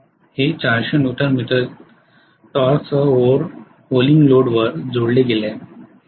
हे 400 न्यूटन मीटरच्या टॉर्कसह ओव्हर होलिंग लोडवर जोडले गेले आहे